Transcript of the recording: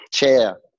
Chair